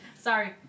Sorry